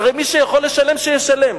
הרי מי שיכול לשלם, שישלם.